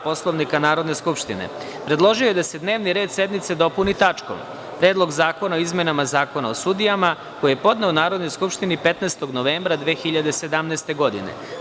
Poslovnika Narodne skupštine, predložio je da se dnevni red sednice dopuni tačkom – Predlog zakona o izmenama Zakona o sudijama, koji je podneo Narodnoj skupštini 15. novembra 2017. godine.